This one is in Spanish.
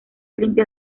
limpia